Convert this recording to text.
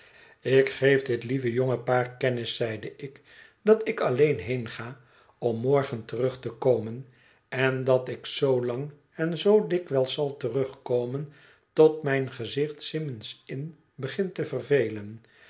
ik geef dit lieve jonge paar kennis zeide ik dat ik alleen heenga om morgen terug te komen en dat ik zoolang en zoo dikwijls zal terugkomen tot mijn gezicht symond's inn begint te vervelen